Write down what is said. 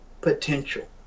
potential